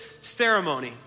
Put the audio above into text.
ceremony